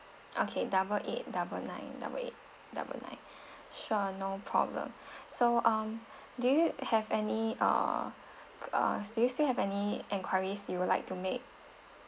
okay double eight double nine double eight double nine sure no problem so um do you have any uh uh do you still have any enquiries you would like to make